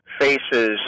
faces